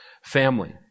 family